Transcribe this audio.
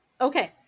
Okay